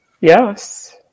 Yes